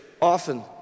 often